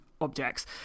objects